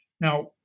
Now